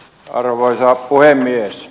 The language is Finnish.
arvoisa puhemies